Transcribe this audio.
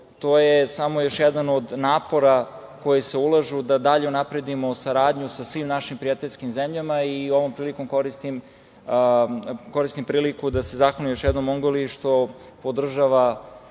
to je samo još jedan od napora koji se ulažu da dalje unapredimo saradnju sa svim našim prijateljskim zemljama. Ovom prilikom koristim priliku da se zahvalim još jednom Mongoliji što podržava